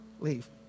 Leave